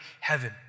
Heaven